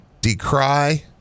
decry